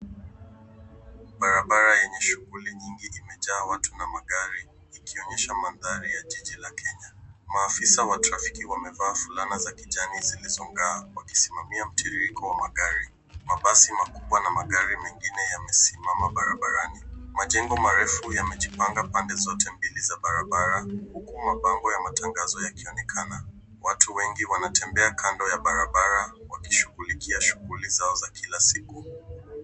Barabara yenye shughuli nyingi imejaa watu na magari ikionyesha madhara ya jiji la Kenya. Mafisa wa trafiki wamevaa fulana za kijani zilizongaa wakisimamia mtiririko wa magari. Mabasi makubwa na magari mengine yamesimama barabarani. Majengo marefu yamejipanga pande zote mbili za barabara hukumu mapambo ya matangazo yakionekana. Watu wengi wanatembea kando ya barabara wakishughulikia shughuli zao za kila siku.